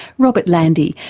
robert landy,